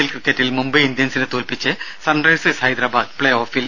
L ക്രിക്കറ്റിൽ മുംബൈ ഇന്ത്യൻസിനെ തോൽപ്പിച്ച് സൺറൈസേഴ്സ് ഹൈദരാബാദ് പ്പേ ഓഫിൽ